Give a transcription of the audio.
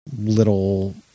little